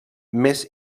més